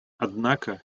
однако